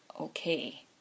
okay